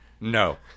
No